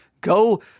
Go